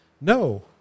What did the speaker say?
No